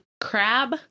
Crab